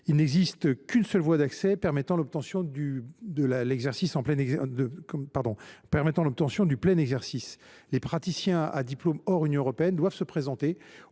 Il n’existe qu’une seule voie d’accès permettant l’obtention du plein exercice : les praticiens à diplôme hors Union européenne doivent se présenter